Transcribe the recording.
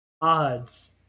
Odds